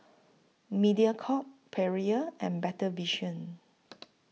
Mediacorp Perrier and Better Vision